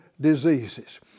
diseases